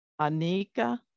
Anika